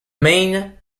main